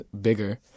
bigger